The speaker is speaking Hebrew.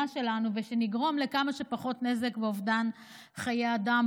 שלנו ושנגרום לכמה שפחות נזק ואובדן חיי אדם.